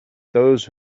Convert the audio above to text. those